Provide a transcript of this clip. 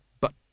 but